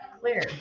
clear